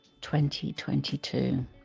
2022